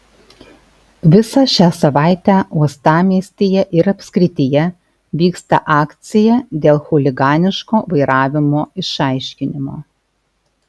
visą šią savaitę uostamiestyje ir apskrityje vyksta akcija dėl chuliganiško vairavimo išaiškinimo